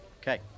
Okay